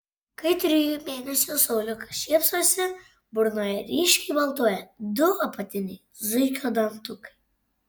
kai trijų mėnesių sauliukas šypsosi burnoje ryškiai baltuoja du apatiniai zuikio dantukai